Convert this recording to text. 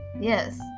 Yes